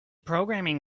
programming